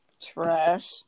Trash